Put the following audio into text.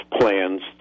plans